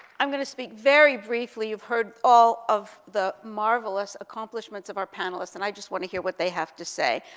i'm gonna speak very briefly, you've heard all of the marvelous accomplishments of our panelists, and i just want to hear what they have to say.